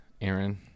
Aaron